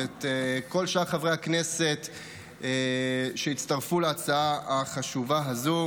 ואת כל שאר חברי הכנסת שהצטרפו להצעה החשובה הזו,